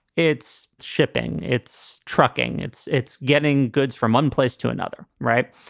it's shipping. it's trucking. it's it's getting goods from one place to another. right.